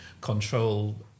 control